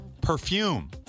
perfume